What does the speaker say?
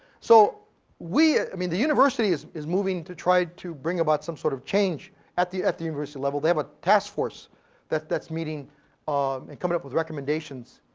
so i mean the university is is moving to try to bring about some sort of change at the at the university level. they have a task force that's that's meeting and coming up with recommendations.